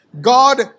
God